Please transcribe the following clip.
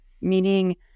meaning